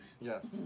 Yes